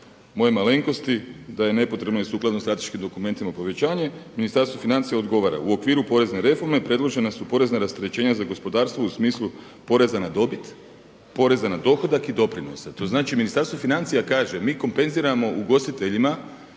moje malenkosti da je nepotrebno i sukladno strateškim dokumentima o povećanje. Ministarstvo financija odgovara u okviru porezne reforme predložena su porezna rasterećenja za gospodarstvo u smislu poreza na dobit, poreza na dohodak i doprinose. To znači Ministarstvo financija kaže mi kompenziramo ugostiteljima